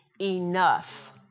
enough